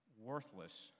worthless